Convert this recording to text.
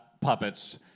puppets